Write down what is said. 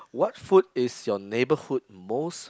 what food is your neighborhood most